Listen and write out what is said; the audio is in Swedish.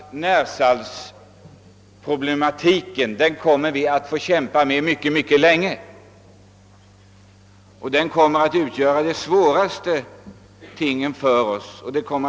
Närsaltsproblematiken kommer vi att få kämpa med mycket länge. Att klara den är en av våra svåraste uppgifter.